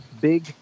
Big